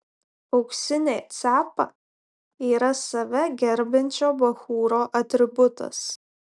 auksinė cepa yra save gerbiančio bachūro atributas